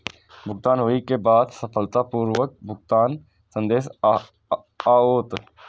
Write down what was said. भुगतान होइ के बाद सफलतापूर्वक भुगतानक संदेश आओत